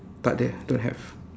tak ada don't have